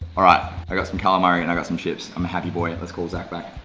alright, i got some calamari and i got some chips. i'm a happy boy let's call zac back.